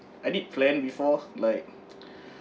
I did plan before like